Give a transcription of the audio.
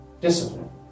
discipline